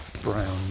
brown